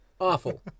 Awful